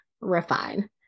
refine